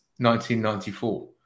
1994